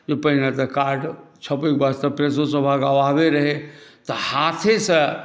जे पहिने तऽ कार्ड छपैक वास्ते प्रेसोसभ आगाँ आबैत रहै तऽ हाथेसँ